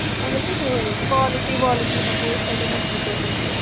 اَہَن حظ کالٹی والٹی ہٮ۪کو أسۍ تَتٮ۪ن اَصٕل پٲٹھۍ وُچھِتھ